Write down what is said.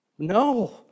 No